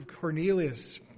Cornelius